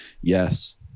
Yes